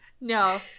no